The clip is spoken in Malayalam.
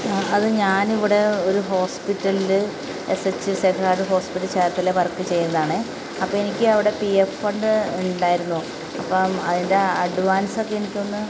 അത് ഞാനിവിടെ ഒരു ഹോസ്പിറ്റലിൽ എസ് എച്ച് ഹോസ്പിറ്റലിൽ ചേർത്തല വർക്ക് ചെയ്യുന്നതാണെ അപ്പോൾ എനിക്ക് അവിടെ പി എഫ് ഫണ്ട് ഉണ്ടായിരുന്നു അപ്പം അതിൻ്റെ അഡ്വാൻസൊക്കെ എനിക്കൊന്ന്